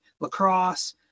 lacrosse